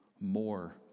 more